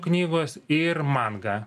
knygos ir manga